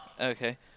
Okay